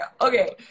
okay